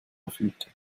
erfüllte